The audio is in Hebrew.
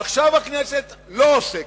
עכשיו הכנסת לא עוסקת,